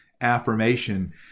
affirmation